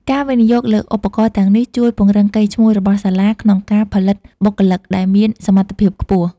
ការវិនិយោគលើឧបករណ៍ទាំងនេះជួយពង្រឹងកេរ្តិ៍ឈ្មោះរបស់សាលា ក្នុងការផលិតបុគ្គលិកដែលមានសមត្ថភាពខ្ពស់។